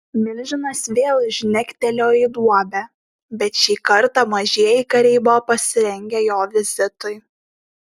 milžinas vėl žnektelėjo į duobę bet šį kartą mažieji kariai buvo pasirengę jo vizitui